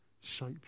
shape